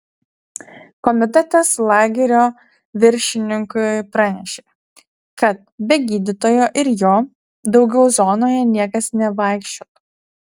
komitetas lagerio viršininkui pranešė kad be gydytojo ir jo daugiau zonoje niekas nevaikščiotų